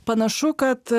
panašu kad